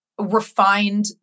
refined